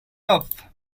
off